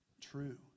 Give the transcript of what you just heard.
true